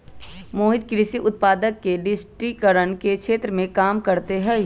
मोहित कृषि उत्पादक के डिजिटिकरण के क्षेत्र में काम करते हई